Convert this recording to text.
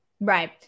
Right